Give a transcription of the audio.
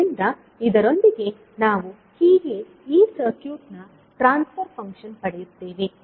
ಆದ್ದರಿಂದ ಇದರೊಂದಿಗೆ ನಾವು ಹೀಗೆ ಈ ಸರ್ಕ್ಯೂಟ್ನ ಟ್ರಾನ್ಸ್ ಫರ್ ಫಂಕ್ಷನ್ ಪಡೆಯುತ್ತೇವೆ